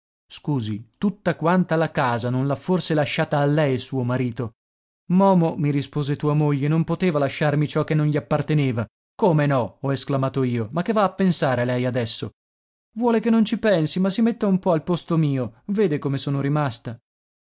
scusi tutta quanta la casa non l'ha forse lasciata a lei suo marito momo mi rispose tua moglie non poteva lasciarmi ciò che non gli apparteneva come no ho esclamato io ma che va pensare lei adesso vuole che non ci pensi ma si metta un po al posto mio vede come sono rimasta